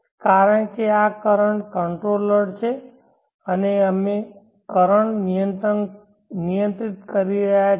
કારણ કે આ કરંટ કંટ્રોલર છે અને અમે કરંટ નિયંત્રણ કરી રહ્યા છીએ